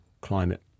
climate